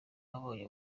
babonye